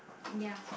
ya